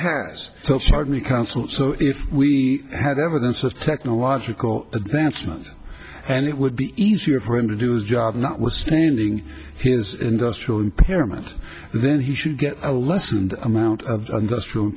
has so hard we counsel so if we had evidence of technological advancement and it would be easier for him to do his job notwithstanding his industrial impairment then he should get a lessened amount of industrial